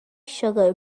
siwgr